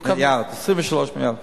23 מיליארד.